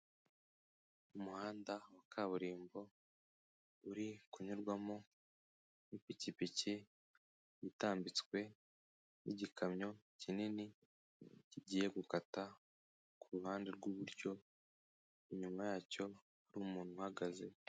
Umuhanda wa kaburimbo, uri kunyurwamo n'ipikipiki yitambitswe n'igikamyo kinini kigiye gukata ku ruhande rw'iburyo, inyuma yacyo hari umuntu uhagaze.